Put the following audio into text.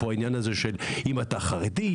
העניין הזה שאם אתה חרדי,